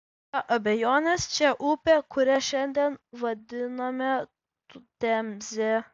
be abejonės čia upė kurią šiandien vadiname temze